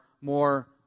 more